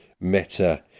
meta-